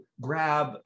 grab